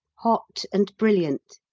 hot and brilliant.